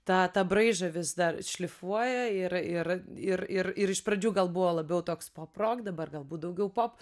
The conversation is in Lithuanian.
tą tą braižą vis dar šlifuoja ir ir ir ir ir iš pradžių gal buvo labiau toks poprok dabar galbūt daugiau pop